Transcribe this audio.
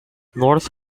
north